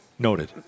Noted